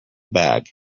bag